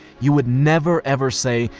you would never ever say,